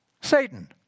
Satan